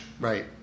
Right